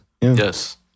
yes